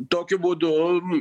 tokiu būdu